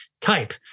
type